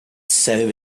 sobered